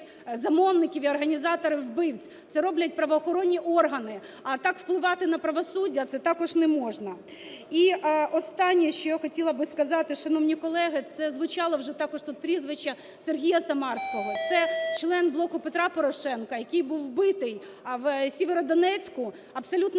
замовників і організаторів убивств - це роблять правоохоронні органи. А так впливати на правосуддя це також не можна. І останнє, що я хотіла би сказати, шановні колеги. Це звучало вже також тут прізвище Сергія Самарського (це член "Блоку Петра Порошенка"), який був вбитий в Сєвєродонецьку, абсолютно